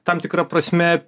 tam tikra prasme